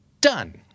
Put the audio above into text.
Done